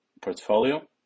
portfolio